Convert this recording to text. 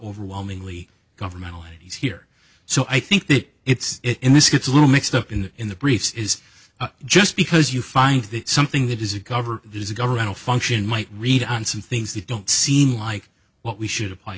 overwhelmingly governmental entities here so i think that it's in this it's a little mixed up in the in the briefs is just because you find something that is a cover there's a governmental function might read on some things that don't seem like what we should apply